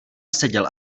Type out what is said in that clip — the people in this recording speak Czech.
seděl